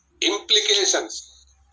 implications